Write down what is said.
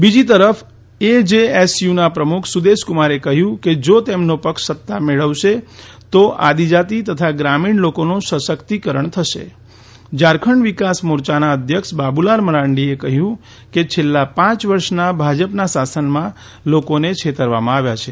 બીજી તરફ એજેએસયુના પ્રમુખ સુદેશ કુમારે કહયું કે જો તેમનો પક્ષ સત્તા મેળવશે તો આદિજાતી તથા ગ્રામીણ લોકોનું સશકિતકરણ થશે ઝારખંડ વિકાસ મોરચાના અધ્યક્ષ બાબુલાલ મરાંડીએ કહ્યું કે છેલ્લા પાંચ વર્ષના ભાજપના શાસનમાં લોકોને છેતરવામાં આવ્યા છે